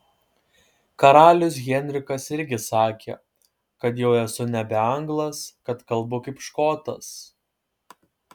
karalius henrikas irgi sakė kad jau esu nebe anglas kad kalbu kaip škotas